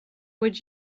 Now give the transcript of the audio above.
would